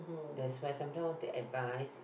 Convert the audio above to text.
that's why sometimes want to advise